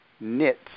knits